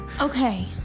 okay